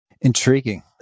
Intriguing